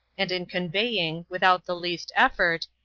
and in conveying, without the least effort,